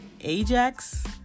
Ajax